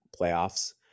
playoffs